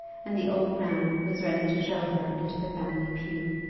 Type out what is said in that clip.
and the old man was ready to show her into the family pew.